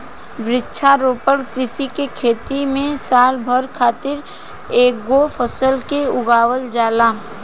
वृक्षारोपण कृषि के खेत में साल भर खातिर एकेगो फसल के उगावल जाला